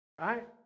Right